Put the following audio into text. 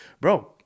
bro